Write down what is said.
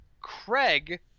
Craig